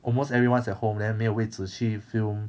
almost everyone's at home then 没有位子去 film